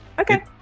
okay